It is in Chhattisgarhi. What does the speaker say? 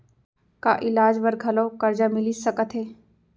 का इलाज बर घलव करजा मिलिस सकत हे?